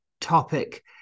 topic